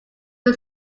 who